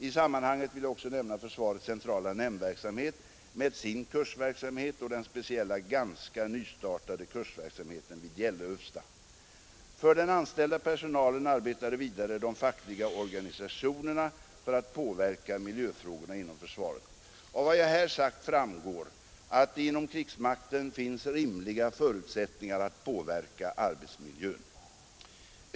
I sammanhanget vill jag också nämna försvarets centrala nämndverksamhet med sin kursverksamhet och den speciella ganska nystartade kursverksåmheten vid Gällöfsta. För den anställda personalen arbetar vidare de fackliga organisationerna för att påverka miljöfrågorna inom försvaret. Av vad jag här sagt framgår att det inom krigsmakten finns rimliga förutsättningar att påverka arbetsmiljön.